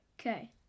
Okay